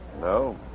No